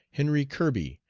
henry kirby,